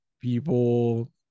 People